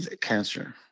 cancer